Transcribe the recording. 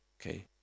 Okay